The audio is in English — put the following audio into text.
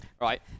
right